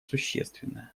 существенное